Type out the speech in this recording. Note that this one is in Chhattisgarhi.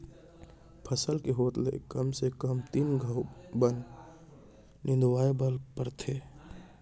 फसल के होत ले कम से कम तीन घंव बन निंदवाए बर परथे